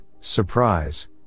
surprise